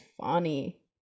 funny